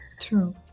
True